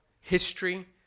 history